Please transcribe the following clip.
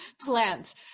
plant